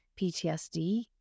PTSD